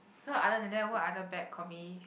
so other than that what other bad combis